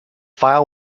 file